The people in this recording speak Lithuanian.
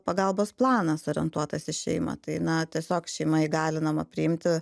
pagalbos planas orientuotas į šeimą tai na tiesiog šeima įgalinama priimti